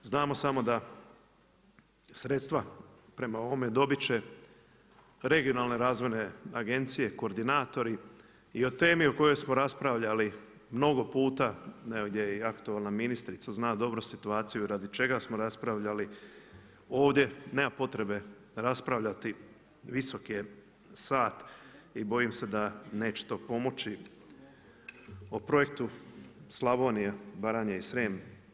Znamo samo da sredstva prema ovome dobiti će regionalne razvojne agencije, koordinatori i o temi o kojoj smo raspravljali mnogo puta evo gdje i aktualna ministrica zna dobro situaciju i radi čega smo raspravljali ovdje, nema potrebe raspravljati, visok je sat i bojim se da neće to pomoći, o projektu Slavonije, Baranje i Srijem.